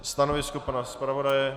Stanovisko pana zpravodaje?